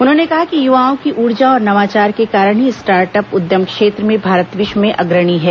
उन्होंने कहा कि युवाओं की ऊर्जा और नवाचार के कारण ही स्टार्ट अप उद्यम क्षेत्र में भारत विश्व में अग्रणी है